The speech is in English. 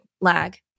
lag